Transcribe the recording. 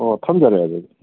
ꯑꯣ ꯊꯝꯖꯔꯦ ꯑꯗꯨꯗꯤ